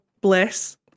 bless